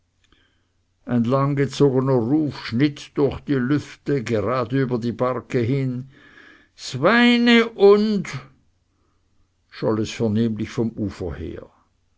ein langgezogener ruf schnitt durch die lüfte gerade über die barke hin sweine und scholl es vernehmlich vom ufer her